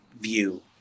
view